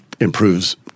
improves